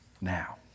now